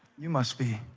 you must be